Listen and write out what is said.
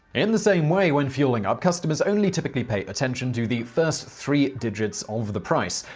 in the same way, when fueling up, customers only typically pay attention to the first three digits of the price.